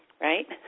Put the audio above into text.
right